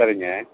சரிங்க